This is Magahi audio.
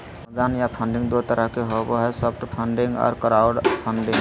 अनुदान या फंडिंग दू तरह के होबो हय सॉफ्ट फंडिंग आर क्राउड फंडिंग